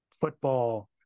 football